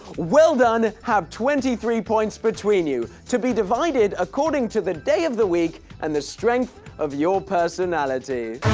well done! have twenty three points between you to be divided according to the day of the week, and the strength of your personality